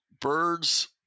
birds